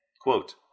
Quote